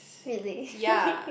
really